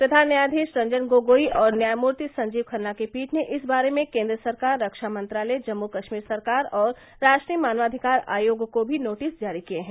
प्रधान न्यायाधीश रंजन गोगोई और न्यायनूर्ति संजीव खन्ना की पीठ ने इस बारे में केन्द्र सरकार रक्षा मंत्रालय जम्मू कश्मीर सरकार और राष्ट्रीय मानवाधिकार आयोग को भी नोटिस जारी किये हैं